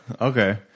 Okay